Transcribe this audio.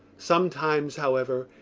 sometimes, however,